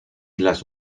las